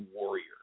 Warrior